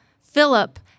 Philip